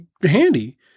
handy